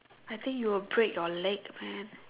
I think you will break your legs man